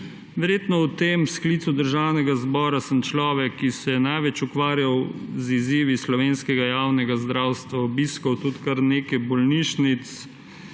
Verjetno sem v tem sklicu Državnega zbora človek, ki se je največ ukvarjal z izzivi slovenskega javnega zdravstva, obiskal tudi kar nekaj bolnišnic,